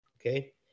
okay